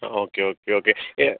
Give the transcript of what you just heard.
ആ okay okay okay